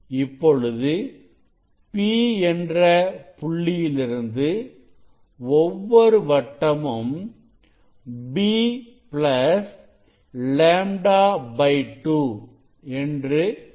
இப்பொழுது P என்ற புள்ளியிலிருந்து ஒவ்வொரு வட்டமும் b λ 2 என்று இருக்கிறது